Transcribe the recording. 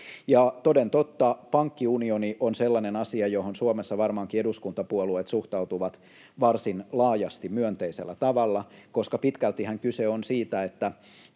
toden totta, pankkiunioni on sellainen asia, johon Suomessa varmaankin eduskuntapuolueet suhtautuvat varsin laajasti myönteisellä tavalla, koska pitkältihän kyse on siitä, että